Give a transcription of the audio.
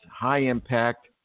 high-impact